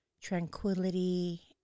tranquility